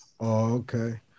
okay